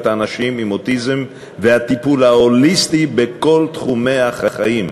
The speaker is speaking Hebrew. האנשים עם אוטיזם והטיפול ההוליסטי בכל תחומי החיים,